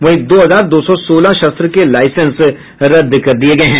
वहीं दो हजार दो सौ सोलह शस्त्र के लाईसेंस को रद्द किया गया है